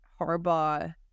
Harbaugh